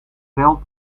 veld